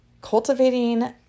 Cultivating